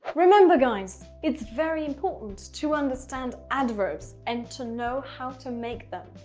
remember guys it's very important to understand adverbs and to know how to make them.